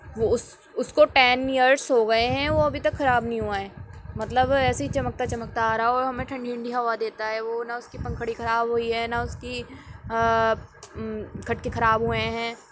وہ اس اس کو ٹین ایئرس ہو گئے ہیں وہ ابھی تک خراب نہیں ہوا ہے مطلب ایسے ہی چمکتا چمکتا آ رہا ہے اور ہمیں ٹھنڈی ٹھنڈی ہوا دیتا ہے وہ نہ اس کی پنکھڑی خراب ہوئی ہے نہ اس کی کھٹکے خراب ہوئے ہیں